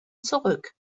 zurück